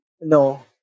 No